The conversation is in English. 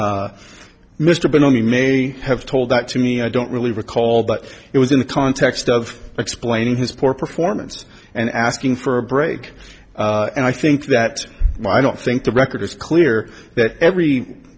mr ben ami may have told that to me i don't really recall but it was in the context of explaining his poor performance and asking for a break and i think that i don't think the record is clear that every